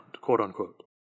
quote-unquote